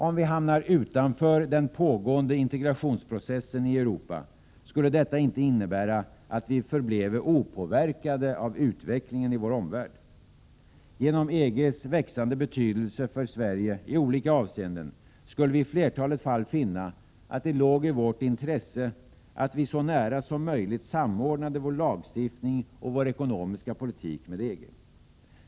Om vi hamnar utanför den pågående integrationsprocessen i Europa skulle detta inte innebära att vi förbleve opåverkade av utvecklingen i vår omvärld. Genom EG:s växande betydelse för Sverige i olika avseenden skulle vi i flertalet fall finna, att det låg i vårt intresse att vi så nära som möjligt samordnade vår lagstiftning och vår ekonomiska politik med EG.